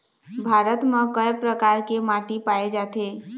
भारत म कय प्रकार के माटी पाए जाथे?